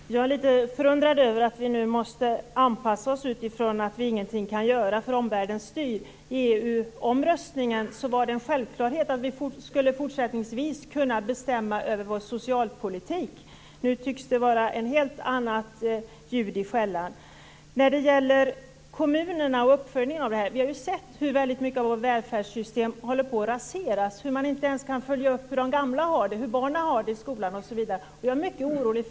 Fru talman! Jag är litet förundrad över att vi nu måste anpassa oss utifrån att vi ingenting kan göra, för omvärlden styr. I EU-omröstningen var det en självklarhet att vi även fortsättningsvis skulle kunna bestämma över vår socialpolitik. Nu tycks det vara ett helt annat ljud i skällan. När det gäller uppföljningen i kommunerna har vi sett hur mycket i vårt välfärdssystem håller på att raseras, hur man inte ens kan följa upp hur de gamla har det, hur barnen har det i skolan osv. Jag är mycket orolig.